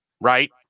right